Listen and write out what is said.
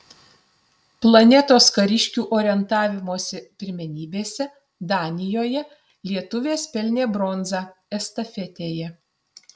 planetos kariškių orientavimosi pirmenybėse danijoje lietuvės pelnė bronzą estafetėje